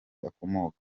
akomoka